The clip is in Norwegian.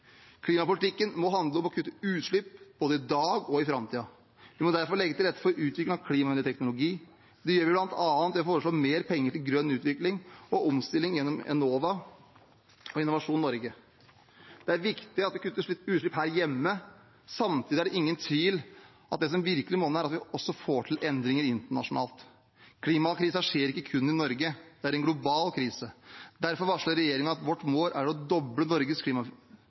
Klimapolitikken må handle om å kutte utslipp både i dag og i framtiden. Vi må derfor legge til rette for utvikling av klimavennlig teknologi. Det gjør vi bl.a. ved å foreslå mer penger til grønn utvikling og omstilling gjennom Enova og Innovasjon Norge. Det er viktig at vi kutter utslippene her hjemme. Samtidig er det ingen tvil om at det som virkelig vil monne, er å få til endringer internasjonalt. Klimakrisen skjer ikke kun i Norge, det er en global krise. Derfor varsler regjeringen at vårt mål er å doble Norges